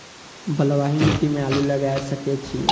बलवाही मिट्टी में आलू लागय सके छीये?